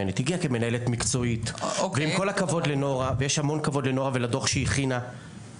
באמת שם יש את הפוטנציאל הכי גדול.